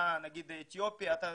אתה אתיופי וכולי,